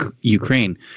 Ukraine